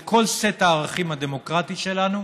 את כל סט הערכים הדמוקרטי שלנו,